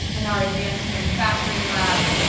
in our advanced manufacturing lab,